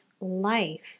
life